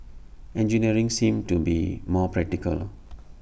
engineering seemed to be more practical